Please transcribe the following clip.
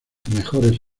mejores